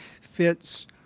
fits